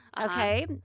Okay